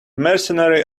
mercenary